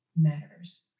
matters